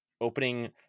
Opening